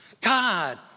God